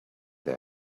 they